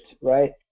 right